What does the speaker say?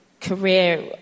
career